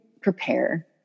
prepare